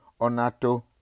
onato